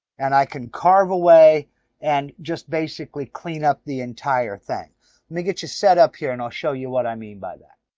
and i can carve away and just basically clean up the entire thing. let me get you set up here, and i'll show you what i mean by that.